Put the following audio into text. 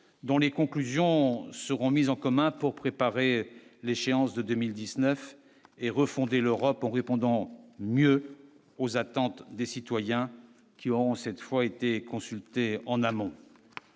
dont les conclusions seront mis en commun pour préparer l'échéance de 2000 19 et refonder l'Europe en répondant mieux aux attentes des citoyens qui ont cette fois été consultés en amont.